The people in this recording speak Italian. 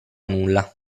nulla